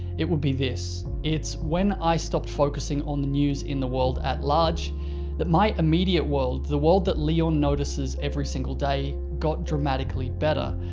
it would be this. it's when i stopped focusing on the news in the world at large that my immediate world, the world that leon notices every single day, got dramatically better,